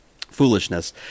Foolishness